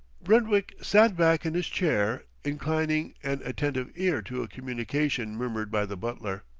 brentwick sat back in his chair, inclining an attentive ear to a communication murmured by the butler.